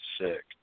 sick